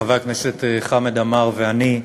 חבר הכנסת חמד עמאר ואני,